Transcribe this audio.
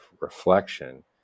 reflection